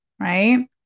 right